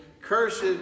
cursed